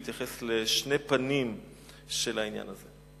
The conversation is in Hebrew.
להתייחס לשני פנים של העניין הזה.